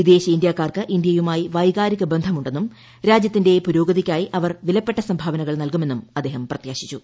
വിദേശ ഇന്ത്യക്കാർക്ക് ഇന്തൃയുമായി വൈകാരിക്ബന്ധം ഉണ്ടെന്നും രാജൃത്തിന്റെ പുരോഗതിയ്ക്കായി ്യൂ അവർ വിലപ്പെട്ട സംഭാവനകൾ നൽകുമെന്നും അദ്ദേഹ്ം പ്രത്യാശിച്ചു